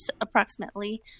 approximately